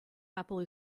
apple